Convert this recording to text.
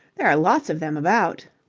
there are lots of them about.